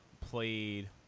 played